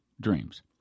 dreams